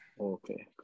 okay